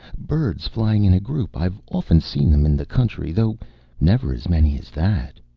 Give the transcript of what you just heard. birds flying in a group. i've often seen them in the country, though never as many as that.